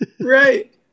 right